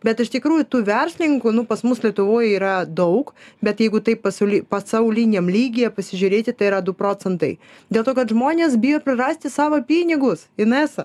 bet iš tikrųjų tų verslininkų nu pas mus lietuvoj yra daug bet jeigu taip pasauli pasauliniam lygyje pasižiūrėti tai yra du procentai dėl to kad žmonės bijo prarasti savo pinigus inesa